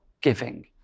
giving